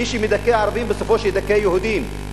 מי שמדכא ערבים, סופו שידכא יהודים.